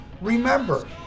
remember